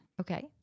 okay